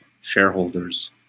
shareholders